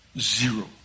Zero